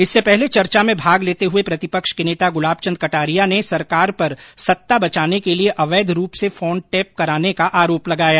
इससे पहले चर्चा में भाग लेते हुये प्रतिपक्ष के नेता गुलाब चंद कटारिया ने सरकार पर सत्ता बचाने के लिए अवैध रूप से फोन टेप कराने का आरोप लगाया